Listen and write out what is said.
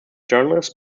journalists